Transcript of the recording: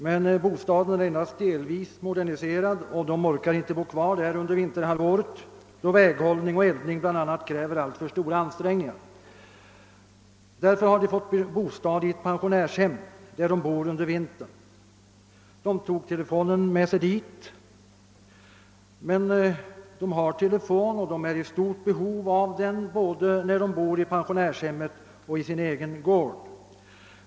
Men bostaden är endast delvis moderniserad och de orkar inte bo kvar där under vinterhalvåret då bland annat väghållning och eldning kräver alltför stora ansträngningar. Därför har de fått bostad i ett pensionärshem där de bor under vintern. De tog telefonen med sig dit. De har alltså telefon, som de är i stort behov av både när de bor i pensionärshemmet och i sin egen gård.